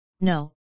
No